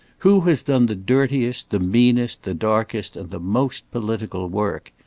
who has done the dirtiest, the meanest, the darkest, and the most, political work?